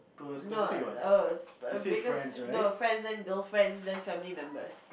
no ah oh because no friends then girlfriends then family members